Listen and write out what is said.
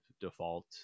default